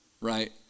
right